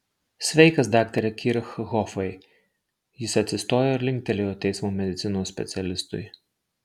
sveikas daktare kirchhofai jis atsistojo ir linktelėjo teismo medicinos specialistui